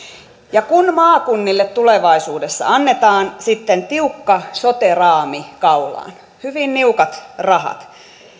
ja kun maakunnille tulevaisuudessa annetaan sitten tiukka sote raami kaulaan hyvin niukat rahat